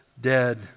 dead